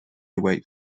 wait